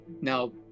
now